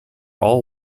all